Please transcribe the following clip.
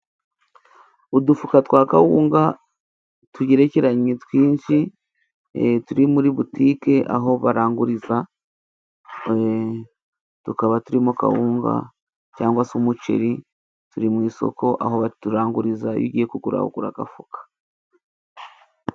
Udufuka twa kawunga tugerekeranye twinshi, turi muri botike aho baranguriza, tukaba turimo kawunga cyangwa se umuceri, turi mu isoko aho baturanguriza. Iyo ugiye kugura, ugura agafuka.